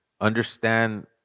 understand